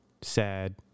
sad